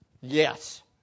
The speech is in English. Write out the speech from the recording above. Yes